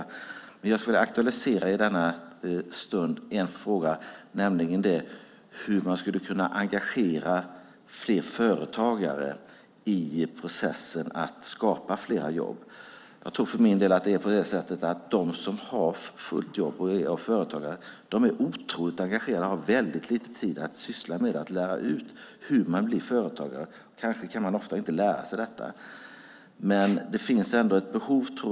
Just i denna stund skulle jag vilja aktualisera en fråga, nämligen hur man skulle kunna engagera fler företagare i processen att skapa fler jobb. Jag tror för min del att de som är företagare och har fullt jobb är otroligt engagerade och har väldigt lite tid att syssla med att lära ut hur man blir företagare. Ofta kan man kanske inte lära sig detta. Det finns ändå ett behov.